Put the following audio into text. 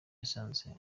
yasanze